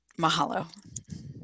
Mahalo